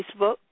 Facebook